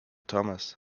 thomas